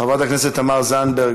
חברת הכנסת תמר זנדברג,